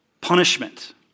punishment